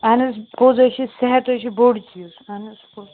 اہن حظ پوٚز حظ چھِ صحت حظ چھِ بوٚڈ چیٖز اہَن حظ پوٚز